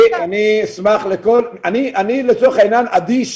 אני לצורך העניין אדיש